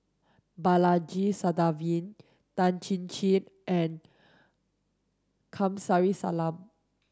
Balaji Sadasivan Tan Chin Chin and Kamsari Salam